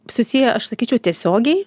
susiję aš sakyčiau tiesiogiai